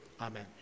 Amen